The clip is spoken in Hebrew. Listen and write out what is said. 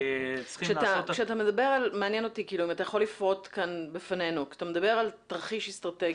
כשאתה מדבר על תרחיש אסטרטגי,